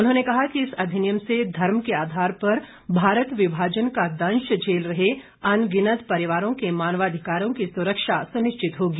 उन्होंने कहा कि इस अधिनियम से धर्म के आधार पर भारत विभाजन का दंश झेल रहे अनगिनत परिवारों के मानवाधिकारों की सुरक्षा सुनिश्चित होगी